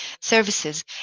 services